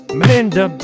melinda